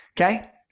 Okay